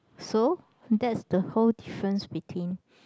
so that's the whole difference between